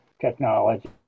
technology